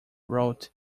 route